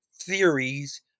theories